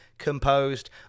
composed